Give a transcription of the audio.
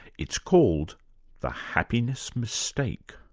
it's called the happiness mistake.